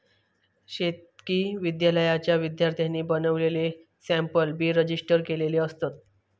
शेतकी विद्यालयाच्या विद्यार्थ्यांनी बनवलेले सॅम्पल बी रजिस्टर केलेले असतत